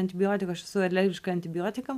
antibiotikų aš esu alergiška antibiotikam